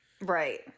right